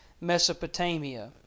Mesopotamia